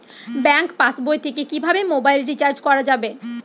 Bank পাশবই থেকে কিভাবে মোবাইল রিচার্জ করা যাবে?